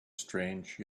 strange